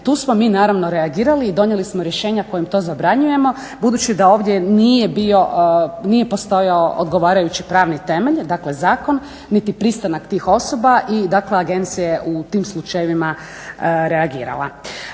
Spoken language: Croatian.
tu smo mi reagirali i donijeli smo rješenja kojim to zabranjujemo, budući da ovdje nije postojao odgovarajući pravni temelj dakle zakon niti pristanak tih osoba i dakle agencija je u tim slučajevima reagirala.